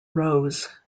rows